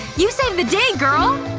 you saved the day, girl!